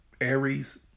Aries